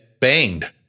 banged